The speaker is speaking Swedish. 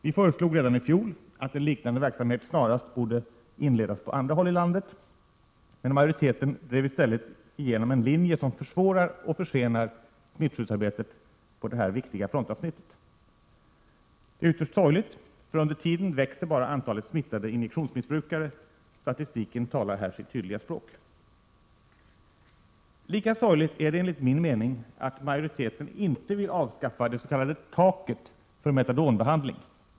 Vi föreslog redan i fjol att en liknande verksamhet snarast borde inledas på andra håll i landet, men majoriteten drev i stället igenom en linje som försvårar och försenar smittskyddsarbetet på detta viktiga frontavsnitt. Det är ytterst sorgligt, för under tiden växer bara antalet smittade injektionsmissbrukare; statistiken talar här sitt tydliga språk. Lika sorgligt är det enligt min mening att majoriteten inte vill avskaffa det s.k. taket för metadonbehandling.